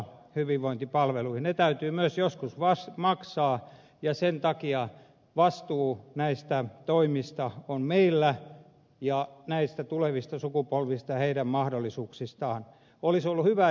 ne täytyy myös joskus maksaa ja sen takia vastuu näistä toimista ja näistä tulevista sukupolvista ja heidän mahdollisuuksistaan on meillä